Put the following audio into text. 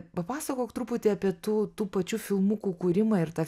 papasakok truputį apie tų tų pačių filmukų kūrimą ir tą